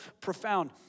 profound